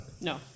No